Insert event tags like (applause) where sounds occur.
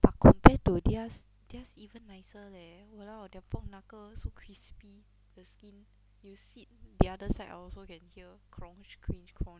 but compared to their's their's even nicer leh !walao! their pork knuckles crispy the skin you sit the other side I also can hear (noise)